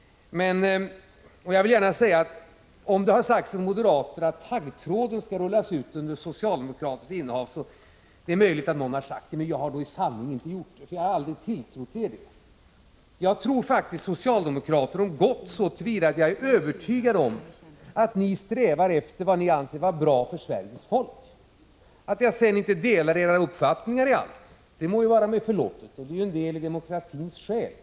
Om det har sagts av moderater — och det är möjligt att någon har sagt det — att taggtråd skall rullas ut under socialdemokratiskt regeringsinnehav, så vill 99 jag försäkra att jag då i sanning inte gjort det. Jag har aldrig tilltrott er något sådant. Jag tror faktiskt socialdemokrater om gott så till vida att jag är övertygad om att ni strävar efter vad ni anser vara bra för Sveriges folk. Att jag sedan inte delar era uppfattningar i allt må vara mig förlåtet — det är ju en del av demokratins själ.